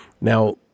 now